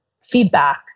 feedback